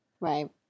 Right